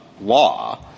law